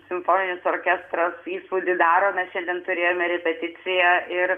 simfoninis orkestras įspūdį daro mes šiandien turėjome repeticiją ir